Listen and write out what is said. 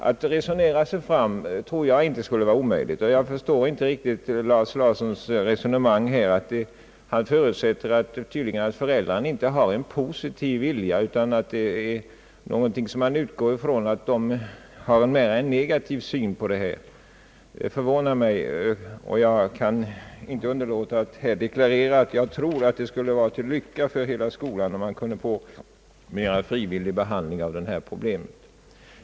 Jag tror inte att det skulle vara omöjligt att resonera sig fram, och jag förstår inte riktigt herr Lars Larssons resonemang då han tydligen förutsätter att föräldrarna inte har någon positiv vilja utan har en mera negativ syn på denna fråga. Det förvånar mig, och jag kan inte underlåta att de klarera att jag anser att det vore till lycka för hela skolan, om man kunde få en mera frivillig behandling av dessa problem.